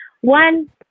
one